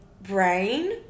brain